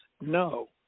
No